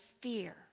fear